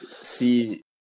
see